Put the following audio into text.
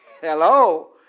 Hello